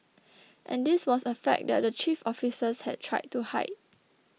and this was a fact that the chief officers had tried to hide